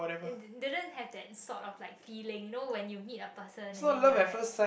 didn't have that sort of like feeling you know when you meet a person and you're like